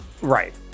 Right